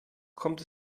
kommt